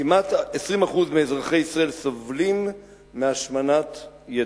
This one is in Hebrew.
כמעט 20% מאזרחי ישראל סובלים מהשמנת יתר.